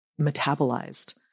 metabolized